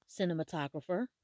cinematographer